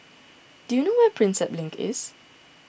do you know where is Prinsep Link